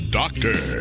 doctor